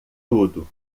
tudo